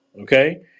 okay